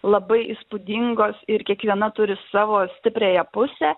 labai įspūdingos ir kiekviena turi savo stipriąją pusę